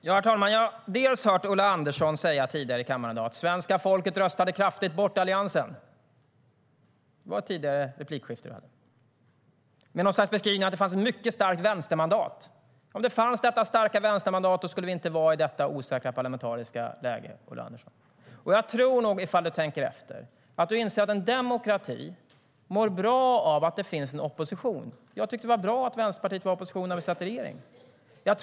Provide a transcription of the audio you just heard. Herr talman! Jag har i ett tidigare replikskifte här i kammaren i dag hört Ulla Andersson säga att svenska folket röstade kraftigt bort Alliansen. Det var något slags beskrivning av ett mycket starkt vänstermandat. Om detta starka vänstermandat hade funnits skulle vi inte vara i detta osäkra parlamentariska läge, Ulla Andersson. Jag tror nog att du, ifall du tänker efter, inser att en demokrati mår bra av att det finns en opposition. Jag tycker att det var bra att Vänsterpartiet var i opposition när vi satt i regering.